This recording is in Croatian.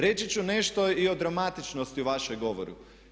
Reći ću nešto i o dramatičnosti u vašem govoru.